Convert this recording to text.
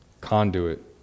conduit